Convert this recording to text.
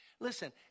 Listen